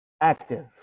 Active